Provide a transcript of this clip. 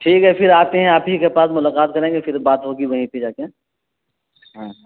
ٹھیک ہے پھر آتے ہیں آپ ہی کے پاس ملاقات کریں گے پھر بات ہوگی وہیں پہ جا کے ہاں